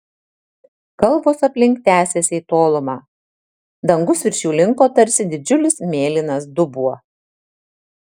kalvos aplink tęsėsi į tolumą dangus virš jų linko tarsi didžiulis mėlynas dubuo